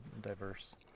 diverse